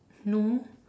no